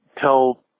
tell